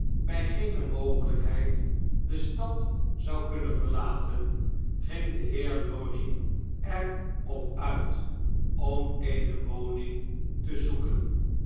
bij geene mogelijkheid de stad zou kunnen verlaten ging in londen en parijs de heer lorry er op uit om eene woning te zoeken